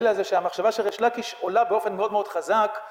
זה שהמחשבה של רשלקיש עולה באופן מאוד מאוד חזק